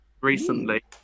recently